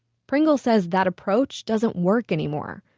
pringle said that approach doesn't work anymore.